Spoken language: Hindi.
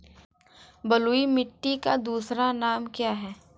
बलुई मिट्टी का दूसरा नाम क्या है?